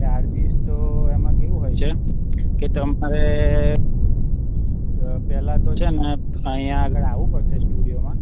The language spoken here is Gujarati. ચાર્જીસ તો એમાં કેવું હોય છે કે તમારે પહેલાં તો છે ને અહીંયા આગળ આવું પડશે સ્ટુડિયોમાં